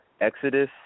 Exodus